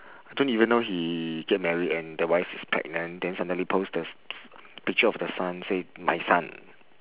don't even know he get married and the wife is pregnant then suddenly post the picture of the son say my son